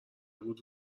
بود